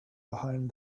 behind